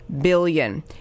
billion